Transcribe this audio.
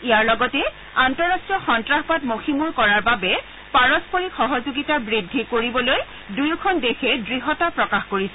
ইয়াৰ লগতে আন্তঃৰট্টীয় সন্নাসবাদ মষিমূৰ কৰাৰ বাবে পাৰস্পৰিক সহযোগিতা বৃদ্ধি কৰিবলৈ দুয়োখন দেশে দৃঢ়তা প্ৰকাশ কৰিছে